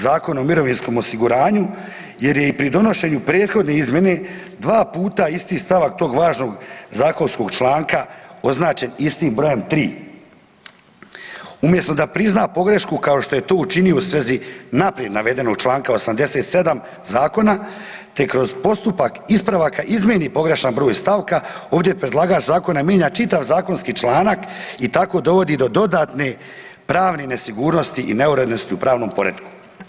Zakona o mirovinskom osiguranju jer je i pri donošenje prethodne izmjene 2 puta isti stavak tog važnog zakonskog članka označen istim brojem 3. Umjesto da prizna pogrešku kao što je to učinio u svezi naprijed navedenog Članka 87. zakona te kroz postupak ispravaka izmijeni pogrešan broj stavka, ovdje predlagač zakona mijenja čitav zakonski članak i tako dovodi do dodatne pravne nesigurnosti i neurednosti u pravnom poretku.